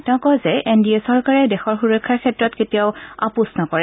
তেওঁ কয় যে এন ডি এ চৰকাৰে দেশৰ সুৰক্ষাৰ ক্ষেত্ৰত কেতিয়াও আপোচ নকৰে